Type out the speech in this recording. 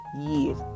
years